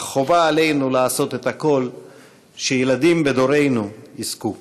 אך חובה עלינו לעשות את הכול שילדים בדורנו יזכו.